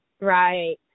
right